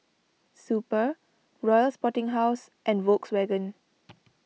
Super Royal Sporting House and Volkswagen